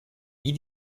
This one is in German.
wie